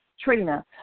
Trina